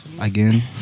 again